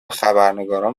خبرنگاران